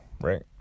right